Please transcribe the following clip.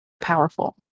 powerful